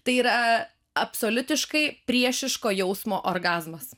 tai yra absoliutiškai priešiško jausmo orgazmas